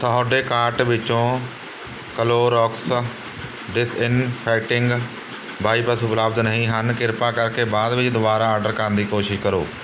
ਤੁਹਾਡੇ ਕਾਰਟ ਵਿੱਚੋਂ Clorox disinfecting wipes ਉਪਲਬਧ ਨਹੀਂ ਹਨ ਕਿਰਪਾ ਕਰਕੇ ਬਾਅਦ ਵਿੱਚ ਦੁਬਾਰਾ ਆਡਰ ਕਰਨ ਦੀ ਕੋਸ਼ਿਸ਼ ਕਰੋ